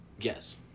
Yes